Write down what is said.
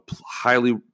highly